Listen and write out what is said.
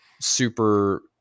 super